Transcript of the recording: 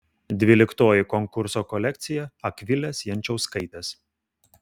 dvyliktoji konkurso kolekcija akvilės jančauskaitės